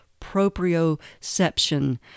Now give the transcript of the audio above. proprioception